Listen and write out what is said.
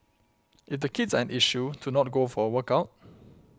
if the kids are an issue to not go for a workout